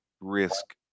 risk